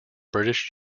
british